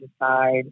decide